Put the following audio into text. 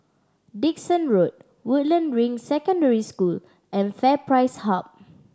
Dickson Road Woodland Ring Secondary School and FairPrice Hub